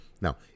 Now